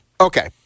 Okay